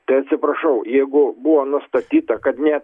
tai atsiprašau jeigu buvo nustatyta kad ne